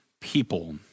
people